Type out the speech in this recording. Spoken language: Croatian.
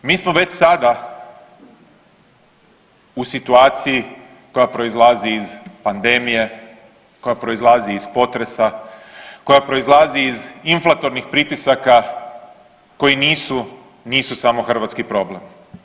Mi smo već sad u situaciji koja proizlazi iz pandemije, koja proizlazi iz potresa, koja proizlazi iz inflatornih pritisaka koji nisu, nisu samo hrvatski problem.